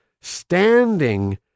standing